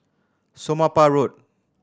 Somapah Road